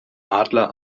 adler